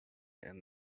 and